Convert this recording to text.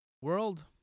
world